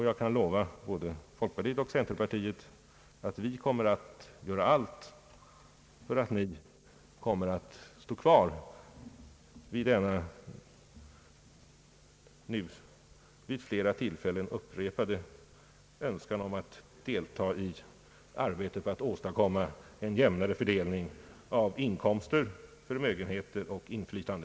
Jag kan lova både folkpartiet och centerpartiet att vi kommer att göra allt för att ni skall stå fast vid denna nu vid flera tillfällen upprepade önskan att delta i arbetet på att åstadkomma en jämnare fördelning av inkomster, förmögenheter och inflytande.